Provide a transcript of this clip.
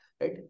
right